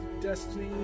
Destiny